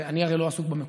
אני הרי לא עסוק במקורות.